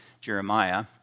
Jeremiah